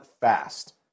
fast